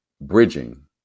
bridging